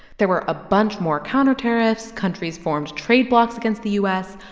there were a bunch more counter-tariffs, countries formed trade blocks against the u s,